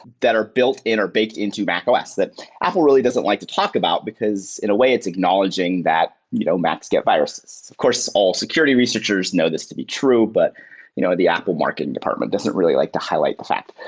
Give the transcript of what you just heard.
that are built-in or baked into mac os that apple really doesn't like to talk about, because in a way it's acknowledging that you know macs get viruses. of course, all security researchers know this to be true, but you know the apple market and department doesn't really like to highlight the fact.